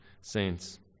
saints